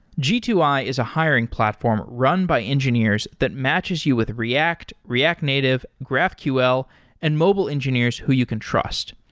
g two i is a hiring platform run by engineers that matches you with react, react native, graphql and mobile engineers who you can trust.